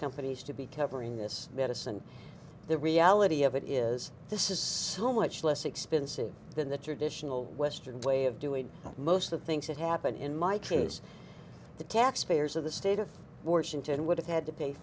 companies to be covering this medicine the reality of it is this is so much less expensive than the traditional western way of doing most of the things that happen in my case the taxpayers of the state of washington would have had to pay